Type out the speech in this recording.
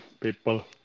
people